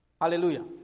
Hallelujah